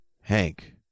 hank